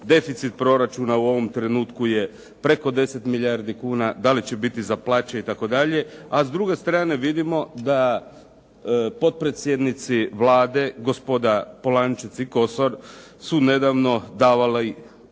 Deficit proračuna u ovom trenutku je preko 10 milijardi kuna, da li će biti za plaće itd.. A s druge strane vidimo da potpredsjednici Vlade, gospoda Polančec i Kosor su nedavno davali